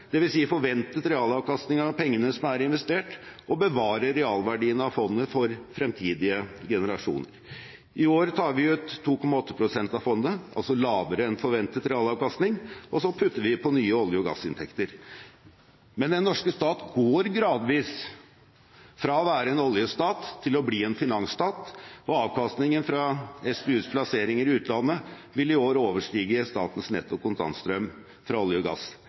dvs. forventet realavkastning av pengene som er investert, og bevarer realverdien av fondet for fremtidige generasjoner. I år tar vi ut 2,8 pst. av fondet, altså lavere enn forventet realavkastning, og så putter vi på nye olje- og gassinntekter. Den norske stat går gradvis fra å være en oljestat til å bli en finansstat, og avkastningen fra SPUs plasseringer i utlandet vil i år overstige statens netto kontantstrøm fra olje og gass.